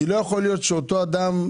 לא יכול להיות שאותו אדם,